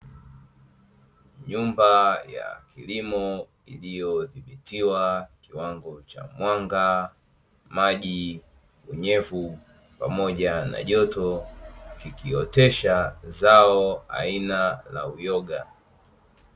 Nyumba ya kilimo iliyodhibitiwa kiwango cha mwanga, maji, unyevu, pamoja na joto kikiotesha zao aina ya uyoga.